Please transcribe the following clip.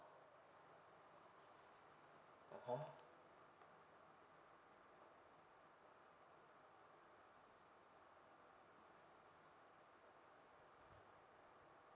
(uh huh)